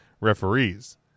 referees